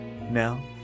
Now